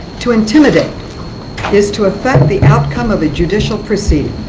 to intimidate is to affect the outcome of a judicial proceeding.